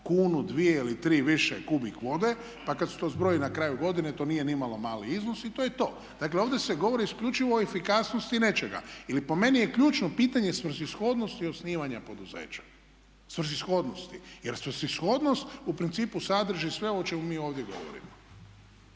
kunu, dvije ili tri više kubik vode, pa kada se to zbroji na kraju godine to nije nimalo mali iznos i to je to. Dakle ovdje se govori isključivo o efikasnosti nečega. Ili po meni je ključno pitanje svrsishodnost osnivanja poduzeća. Svrsishodnosti. Jer svrsishodnost u principu sadrži sve ovo o čemu mi ovdje govorimo.